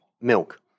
milk